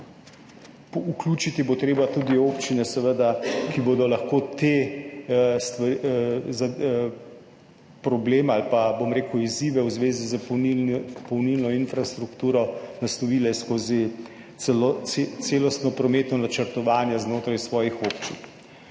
vključiti pa bo seveda treba tudi občine, ki bodo lahko te stvari, probleme ali pa izzive v zvezi s polnilno infrastrukturo, naslovile skozi celostno prometno načrtovanje znotraj svojih občin.